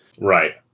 Right